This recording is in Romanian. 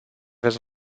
veți